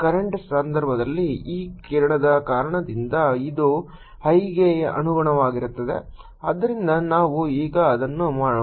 current ಸಂದರ್ಭದಲ್ಲಿ ಈ ಕಿರಣದ ಕಾರಣದಿಂದ ಇದು I ಗೆ ಅನುಗುಣವಾಗಿರುತ್ತದೆ ಆದ್ದರಿಂದ ನಾವು ಈಗ ಅದನ್ನು ಮಾಡೋಣ